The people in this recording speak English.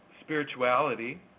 spirituality